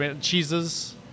cheeses